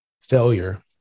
failure